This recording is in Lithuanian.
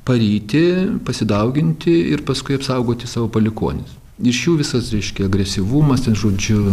paryti pasidauginti ir paskui apsaugoti savo palikuonis iš jų visas reiškia agresyvumas ten žodžiu